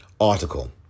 Article